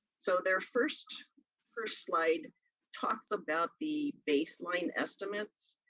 so their first first slide talks about the baseline estimates.